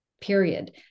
Period